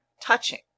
touching